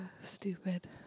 Stupid